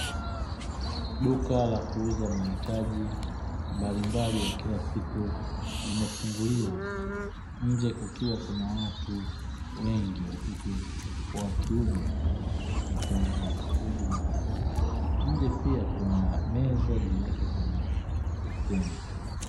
Duka la kuuza mahitaji mbalimbali ya kila siku limefunguliwa, nje kukiwa na watu wengi wa kike kwa wa kiume wakihitaji huduma. Nje pia kuna meza, juu yake kuna beseni.